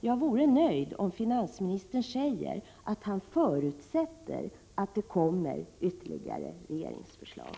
Jag vore nöjd om finansministern sade att han förutsätter att det kommer ytterligare regeringsförslag.